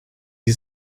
die